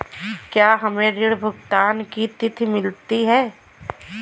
क्या हमें ऋण भुगतान की तिथि मिलती है?